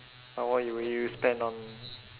how what would you spend on